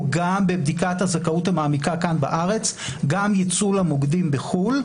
גם בבדיקת הזכאות המעמיקה כאן בארץ וגם ייצאו למוקדים בחו"ל.